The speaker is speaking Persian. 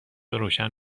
روشن